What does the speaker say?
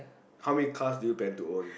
how many cars do you plan to own